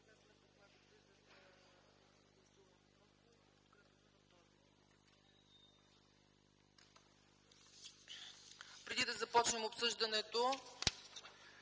Преди да започнем обсъждането